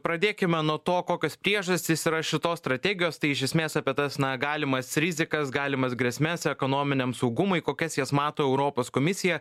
pradėkime nuo to kokios priežastys yra šitos strategijos tai iš esmės apie tas na galimas rizikas galimas grėsmes ekonominiam saugumui kokias jas mato europos komisija